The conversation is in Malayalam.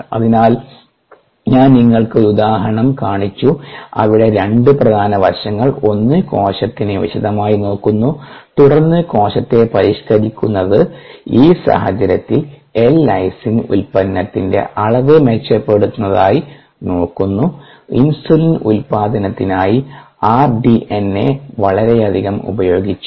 അതിനാൽ ഞാൻ നിങ്ങൾക്ക് ഒരു ഉദാഹരണം കാണിച്ചു അവിടെ രണ്ട് പ്രധാന വശങ്ങൾ ഒന്ന് കോശത്തിനെ വിശദമായി നോക്കുന്നു തുടർന്ന് കോശത്തെ പരിഷ്ക്കരിക്കുന്നത് ഈ സാഹചര്യത്തിൽ എൽ ലൈസിൻ ഉൽപ്പന്നത്തിന്റെ അളവ് മെച്ചപ്പെടുത്തുന്നതായി നോക്കുന്നു ഇൻസുലിൻ ഉൽപാദനത്തിനായി ആർഡിഎൻഎ വളരെയധികം ഉപയോഗിച്ചു